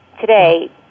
Today